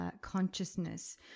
consciousness